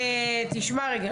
תשמע רגע,